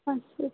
పసుపు